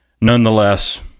Nonetheless